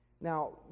Now